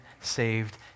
saved